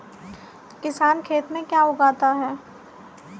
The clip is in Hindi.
किसान खेत में क्या क्या उगाता है?